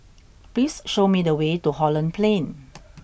please show me the way to Holland Plain